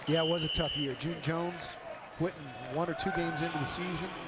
yeah was a tough year. jones quitting one or two games into the season.